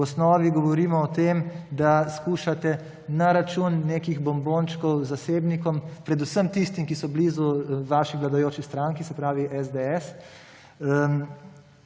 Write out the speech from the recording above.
v osnovi govorimo o tem, da skušate na račun nekih bombončkov zasebnikom, predvsem tistim, ki so blizu vaši vladajoči stranki, se pravi SDS,